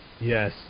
Yes